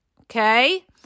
okay